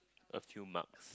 a few marks